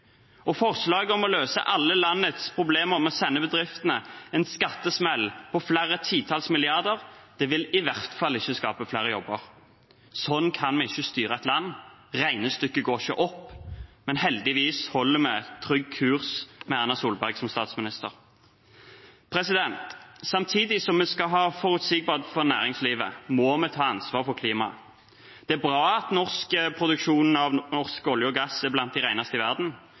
Forslaget om å løse alle landets problemer med å sende bedriftene en skattesmell på flere titalls milliarder vil i hvert fall ikke skape flere jobber. Sånn kan vi ikke styre et land, regnestykket går ikke opp. Heldigvis holder vi trygg kurs med Erna Solberg som statsminister. Samtidig som vi skal ha forutsigbarhet for næringslivet, må vi ta ansvar for klimaet. Det er bra at produksjonen av norsk olje og gass er blant den reneste i verden.